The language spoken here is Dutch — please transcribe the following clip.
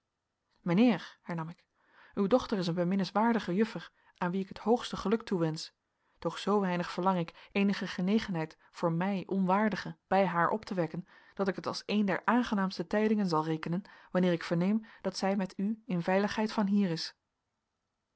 hernam ik uw dochter is een beminnenswaardige juffer aan wie ik het hoogste geluk toewensch doch zoo weinig verlang ik eenige genegenheid voor mij onwaardige bij haar op te wekken dat ik het als een der aangenaamste tijdingen zal rekenen wanneer ik verneem dat zij met u in veiligheid van hier is